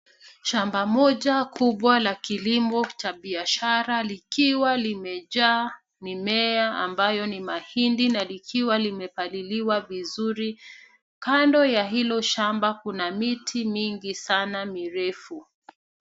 Shamba moja kubwa la kilimo cha biashara likiwa limejaa mimea ambayo ni mahindi na likiwa limepaliliwa vizuri. Kando ya hilo shamba kuna miti mingi sana mirefu.